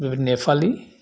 बेबादि नेपालि